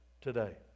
today